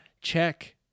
Check